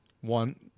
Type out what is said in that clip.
One